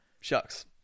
Shucks